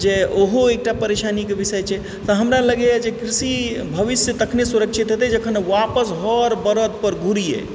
जे ओहो एकटा परेशानीके विषय छै तऽ हमरा लगैए जे कृषि भविष्य तखने सुरक्षित हेतय जखन आपस हर बरद पर घुरीए